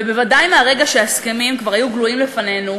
ובוודאי מהרגע שההסכמים כבר היו גלויים לפנינו,